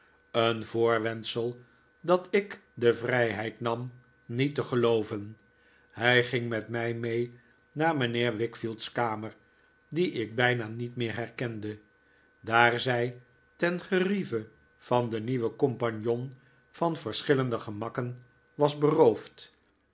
een voorwendsel dat ik de vrijheid nam niet te gelooven hij ging met mij mee naar mijnheer wickfield's kamer die ik bijna niet meer herkende daar zij ten gerieve van den nieuwen compagnon van verschillende gemakken was beroofd